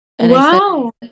Wow